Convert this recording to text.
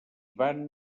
van